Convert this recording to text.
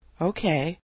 Okay